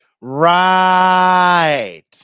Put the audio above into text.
Right